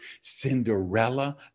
Cinderella